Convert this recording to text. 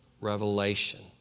revelation